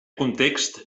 context